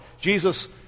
Jesus